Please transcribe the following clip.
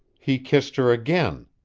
he kissed her again.